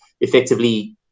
effectively